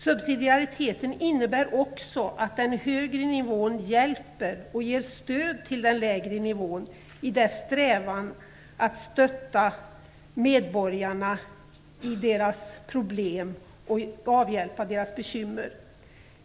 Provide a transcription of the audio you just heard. Subsidiariteten innebär också att den högre nivån hjälper och ger stöd till den lägre nivån i dess strävan att stötta medborgarna i deras problem och avhjälpa deras bekymmer.